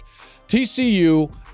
tcu